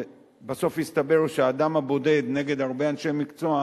ובסוף הסתבר שהאדם הבודד נגד הרבה אנשי מקצוע,